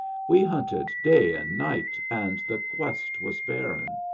we hunted day and night, and the quest was barren.